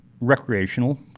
recreational